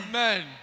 Amen